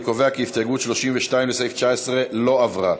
אני קובע כי הסתייגות 32, לסעיף 19, לא התקבלה,